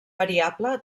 variable